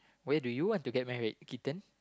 where do you want to get married Keaton